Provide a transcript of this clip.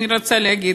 אני רוצה להגיד,